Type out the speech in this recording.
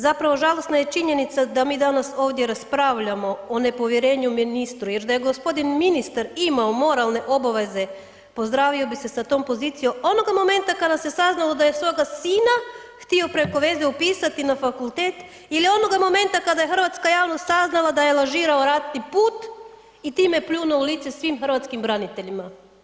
Zapravo, žalosna je činjenica da mi danas ovdje raspravljamo o nepovjerenju ministru jer da je g. ministar imao moralno obaveze, pozdravio bi se sa tom pozicijom kada se saznalo je da svoga sina htio preko veze upisati na fakultet ili onoga momenta kad je hrvatska javnost saznala da je lažirao ratni put i time pljunuo u lice svim hrvatskim braniteljima.